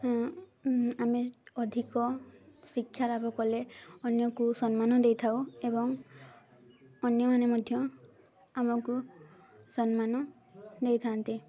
ଆମେ ଅଧିକ ଶିକ୍ଷା ଲାଭ କଲେ ଅନ୍ୟକୁ ସମ୍ମାନ ଦେଇଥାଉ ଏବଂ ଅନ୍ୟମାନେ ମଧ୍ୟ ଆମକୁ ସମ୍ମାନ ଦେଇଥାନ୍ତି